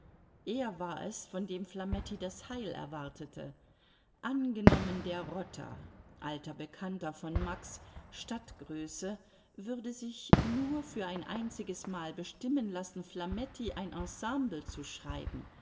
er war es von dem flametti das heil erwartete angenommen der rotter alter bekannter von max stadtgröße würde sich nur für ein einziges mal bestimmen lassen flametti ein ensemble zu schreiben